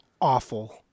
awful